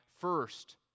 first